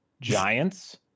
giants